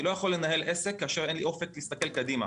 אני לא יכול לנהל עסק כאשר אין לי אופק להסתכל קדימה.